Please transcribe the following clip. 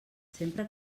sempre